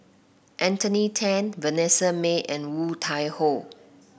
Anthony Then Vanessa Mae and Woon Tai Ho